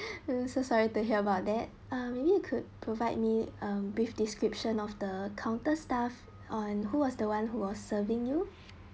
so sorry to hear about that maybe you could provide me a brief description of the counter staff on who was the one who was serving you